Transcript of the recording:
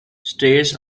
stares